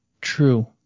True